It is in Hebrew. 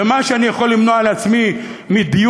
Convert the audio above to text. ובמה שאני יכול למנוע מעצמי דיון,